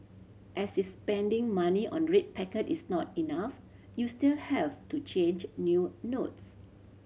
as is spending money on red packet is not enough you still have to change new notes